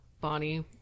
Bonnie